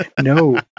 No